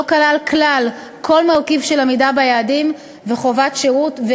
שלא כלל כל מרכיב של עמידה ביעדים וחובת שירות,